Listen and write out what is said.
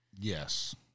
Yes